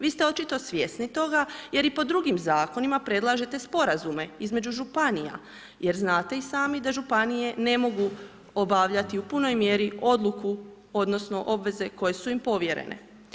Vi ste očito svjesni toga jer i po drugim zakonima predlažete sporazume između županija jer znate i sami da županije ne mogu obavljati u punoj mjeri odluku odnosno obveze koje su im povjerene.